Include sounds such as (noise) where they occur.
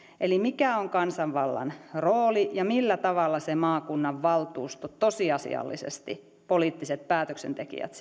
eli mikä on kansanvallan rooli ja millä tavalla se maakunnan valtuusto tosiasiallisesti siis poliittiset päätöksentekijät (unintelligible)